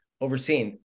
overseen